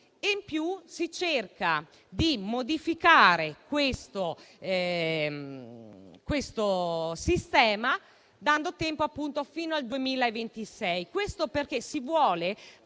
mentre si cerca di modificare questo sistema, dando tempo fino al 2026,